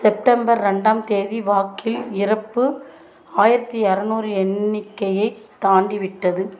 September ரெண்டாம் தேதி வாக்கில் இறப்பு ஆயிரத்தி எரநூறு எண்ணிக்கையைத் தாண்டிவிட்டது